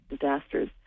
disasters